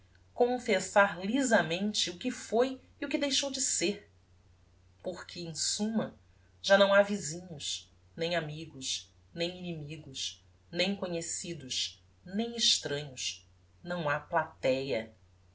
confessar lisamente o que foi e o que deixou de ser porque em summa já não ha visinhos nem amigos nem inimigos nem conhecidos nem extranhos não ha platéa